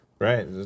Right